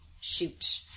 shoot